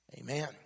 Amen